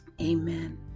Amen